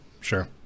Sure